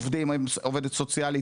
עובדת סוציאלית,